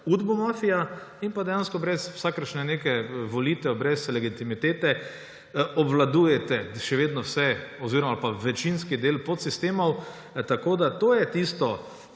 udbomafija, in pa dejansko brez vsakršnih volitev, brez legitimitete obvladujete še vedno vse oziroma večinski del podsistemov. To je tisto